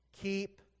Keep